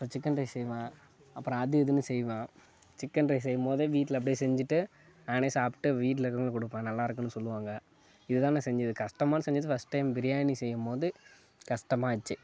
அப்புறம் chicken rice செய்வேன் அப்புறம் அது இதுன்னு செய்வேன் சிக்கன் ரைஸ் செய்யும்போது வீட்டில் அப்படியே செஞ்சுட்டு நானே சாப்பிட்டு வீட்டில் இருக்கிறவுங்களுக்கும் கொடுப்பேன் நல்லா இருக்குன்னு சொல்வாங்க இதுதான் நான் செஞ்சுருக்கேன் கஷ்டமா செஞ்சது ஃபஸ்ட் டைம் பிரியாணி செய்யும்போது கஷ்டமாகிடுச்சி